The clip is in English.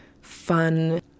fun